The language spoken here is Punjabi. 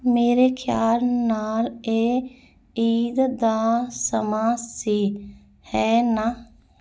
ਮੇਰੇ ਖਿਆਲ ਨਾਲ ਇਹ ਈਦ ਦਾ ਸਮਾਂ ਸੀ ਹੈ ਨਾ